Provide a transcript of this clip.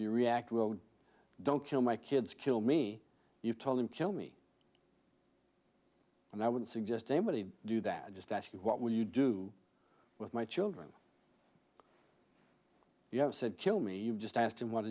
you react well don't kill my kids kill me you told him kill me and i would suggest anybody do that just ask you what will you do with my children you have said kill me you've just asked him what